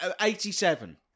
Eighty-seven